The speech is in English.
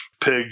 pig